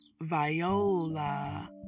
viola